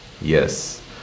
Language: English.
Yes